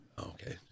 okay